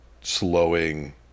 slowing